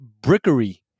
brickery